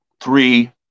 three